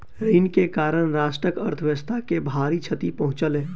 ऋण के कारण राष्ट्रक अर्थव्यवस्था के भारी क्षति पहुँचलै